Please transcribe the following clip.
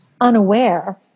unaware